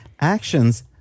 Actions